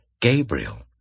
Gabriel